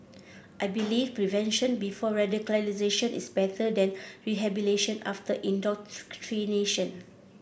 I believe prevention before radicalisation is better than rehabilitation after indoctrination